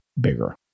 bigger